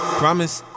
promise